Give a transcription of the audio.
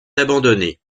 abandonné